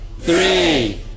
Three